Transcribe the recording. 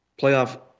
playoff